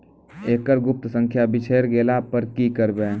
एकरऽ गुप्त संख्या बिसैर गेला पर की करवै?